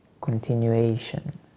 continuation